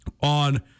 on